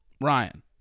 Ryan